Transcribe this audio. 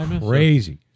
crazy